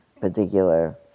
particular